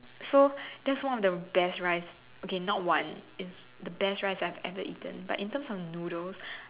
so that's one of the best rice okay not one it's the best rice I've ever eaten but in terms of noodles